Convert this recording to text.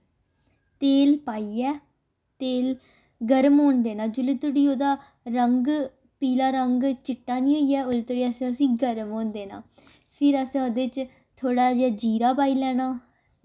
तेल पाइयै तेल गर्म होन देना जेल्लै धोड़ी ओह्दा रंग पीला रंग चिट्टा नी होई जाए उल्ले धोड़ी असें उसी गर्म होन देना फिर असें ओह्दे च थोह्ड़ा जेहा जीरा पाई लैना